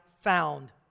found